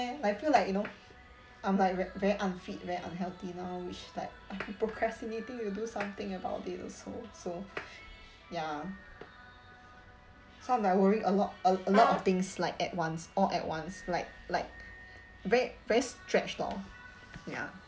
eh I feel like you know I'm like ve~ very unfit very unhealthy now which like I've been procrastinating to do something about it also so ya some I worry a lot a a lot of things like at once all at once like like very very stretched lor ya